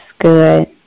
good